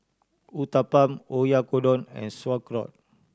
Uthapam Oyakodon and Sauerkraut